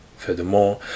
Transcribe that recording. Furthermore